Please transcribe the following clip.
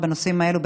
בנושאים האלה,